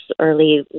early